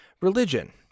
religion